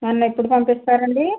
నన్ను ఎప్పుడు పంపిస్తారు అండి